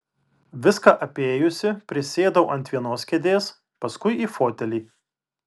viską apėjusi prisėdau ant vienos kėdės paskui į fotelį